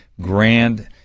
grand